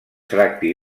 tracti